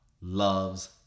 loves